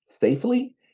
safely